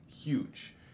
huge